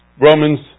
Romans